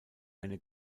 eine